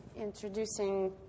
introducing